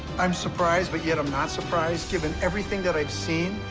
i'm surprised, but yet i'm not surprised. given everything that i've seen,